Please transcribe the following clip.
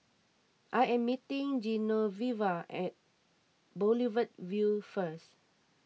I am meeting Genoveva at Boulevard Vue first